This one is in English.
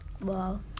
Wow